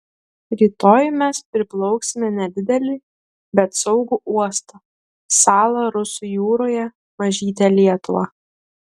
rytoj mes priplauksime nedidelį bet saugų uostą salą rusų jūroje mažytę lietuvą